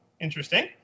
Interesting